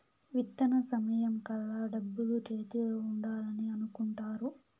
విత్తన సమయం కల్లా డబ్బులు చేతిలో ఉండాలని అనుకుంటారు